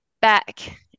back